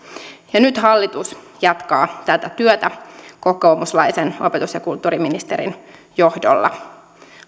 ja nyt hallitus jatkaa tätä työtä kokoomuslaisen opetus ja kulttuuriministerin johdolla